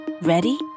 Ready